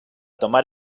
tomar